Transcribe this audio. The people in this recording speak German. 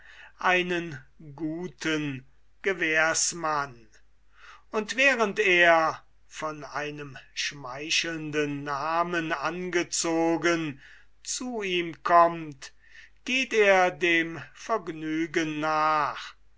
einen guten gewährsmann und während er von einem schmeichelnden namen angezogen zu ihm kommt geht er dem vergnügen nach